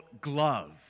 glove